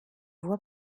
voie